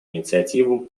инициативу